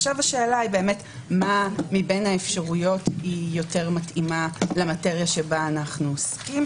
עכשיו השאלה מה מבין האפשרויות יותר מתאימה למטריה שבה אנו עוסקים.